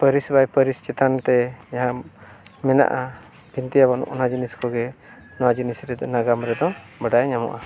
ᱯᱟᱹᱨᱤᱥ ᱵᱟᱭ ᱯᱟᱹᱨᱤᱥ ᱪᱮᱛᱟᱱ ᱛᱮ ᱡᱟᱦᱟᱸ ᱢᱮᱱᱟᱜᱼᱟ ᱵᱤᱱᱛᱤᱭᱟ ᱵᱚᱱ ᱚᱱᱟ ᱡᱤᱱᱤᱥ ᱠᱚᱜᱮ ᱱᱚᱣᱟ ᱡᱤᱱᱤᱥ ᱨᱮ ᱱᱟᱜᱟᱢ ᱨᱮᱫᱚ ᱵᱟᱰᱟᱭ ᱧᱟᱢᱚᱜᱼᱟ